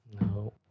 No